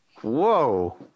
Whoa